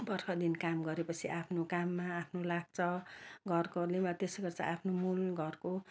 वर्ष दिन काम गऱ्यो पछि आफ्नो काममा आफ्नो लाग्छ घरकोहरूले अब त्यसै गर्छ आफ्नो मूल घरको